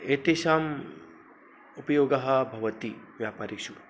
एतेषाम् उपयोगः भवति व्यापारेषु